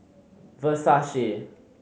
versace